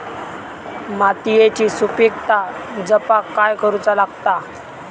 मातीयेची सुपीकता जपाक काय करूचा लागता?